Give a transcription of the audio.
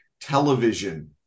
television